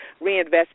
reinvest